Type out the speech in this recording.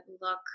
look